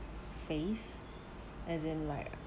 face as in like